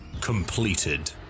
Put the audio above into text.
completed